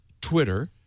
Twitter